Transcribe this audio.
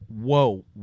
Whoa